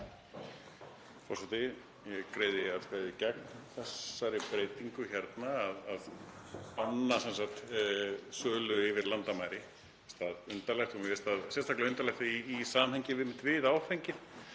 Forseti. Ég greiði atkvæði gegn þessari breytingu hérna, að banna sölu yfir landamæri. Mér finnst það undarlegt og mér finnst það sérstaklega undarlegt í samhengi einmitt við áfengið